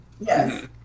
yes